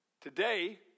today